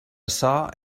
açò